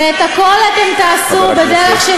ואת הכול אתם תעשו בדרך של